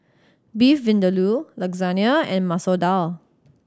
Beef Vindaloo Lasagna and Masoor Dal